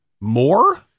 More